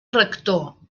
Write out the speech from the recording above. rector